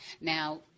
now